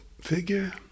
figure